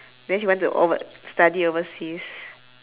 then she want to over~ study overseas